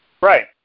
Right